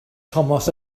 tomos